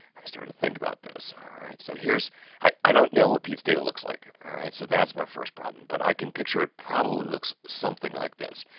i started to think about this, alright! so, here's i don't know, what pete's data looks like. all right! so, that's my first problem, but i can picture it probably looks something like this